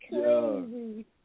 crazy